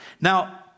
Now